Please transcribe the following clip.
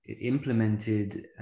implemented